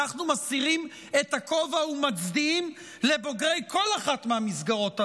אנחנו מסירים את הכובע ומצדיעים לבוגרי כל אחת מהמסגרות הללו.